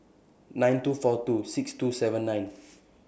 nine two four two six two seven nine